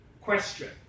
Question